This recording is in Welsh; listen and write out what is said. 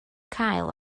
cael